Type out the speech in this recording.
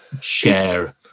share